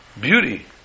beauty